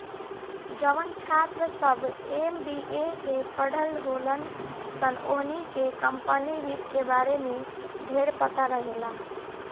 जवन छात्र सभ एम.बी.ए के पढ़ल होलन सन ओहनी के कम्पनी वित्त के बारे में ढेरपता रहेला